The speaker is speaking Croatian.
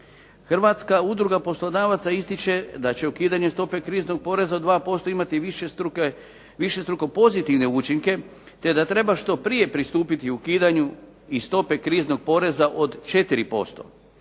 Hrvatska udruga poslodavaca ističe da će ukidanje krizne stope od 2% imati višestruko pozitivne učinke, te da treba što prije pristupiti ukidanju i stope kriznog poreza od 4%.